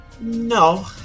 No